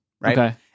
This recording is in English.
right